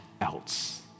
else